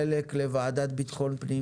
חלק לוועדה לבטחון פנים,